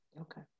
Okay